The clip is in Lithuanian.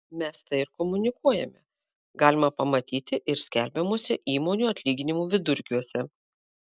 mes tai ir komunikuojame galima pamatyti ir skelbiamuose įmonių atlyginimų vidurkiuose